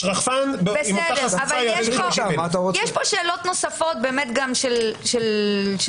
רחפן יעלה לי 50,000. יש פה שאלות נוספות גם של בטיחות,